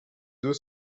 deux